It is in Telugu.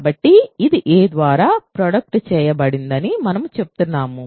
కాబట్టి ఇది a ద్వారా ప్రోడక్ట్ చేయబడిందని మనము చెప్తున్నాము